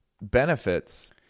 benefits